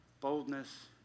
boldness